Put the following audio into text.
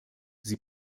sie